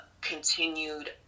continued